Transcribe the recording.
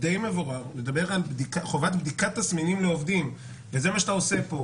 מדבר על חובת בדיקת תסמינים לעובדים וזה מה שאתה עושה כאן,